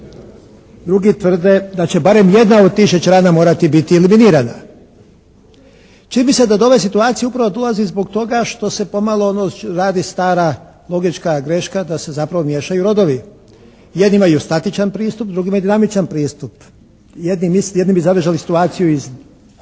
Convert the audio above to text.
drugi tvrde da će barem jedna od tih šećerana morati biti eliminirana. Čini mi se da do ove situacije upravo dolazi zbog toga što se pomalo ono radi stara logička greška, da se zapravo miješaju rodovi. Jedni imaju statičan pristup, drugi imaju dinamičan pristup. Jedni bi zadržali situaciju iz